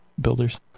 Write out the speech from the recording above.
builders